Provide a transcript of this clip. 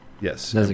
Yes